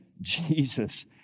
Jesus